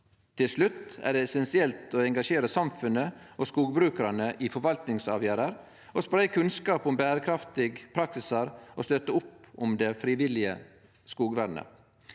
Til slutt er det essensielt å engasjere samfunnet og skogbrukarane i forvaltningsavgjerder, spreie kunnskap om berekraftige praksisar og støtte opp om det frivillige skogvernet.